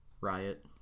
riot